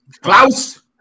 Klaus